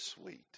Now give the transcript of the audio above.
sweet